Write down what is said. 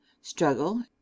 struggle